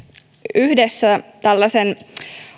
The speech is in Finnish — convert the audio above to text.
yhdessä tällaisen